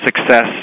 success